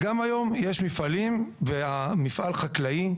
גם היום יש מפעלים והמפעל חקלאי,